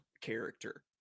character